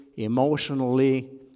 emotionally